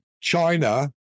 China